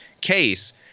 case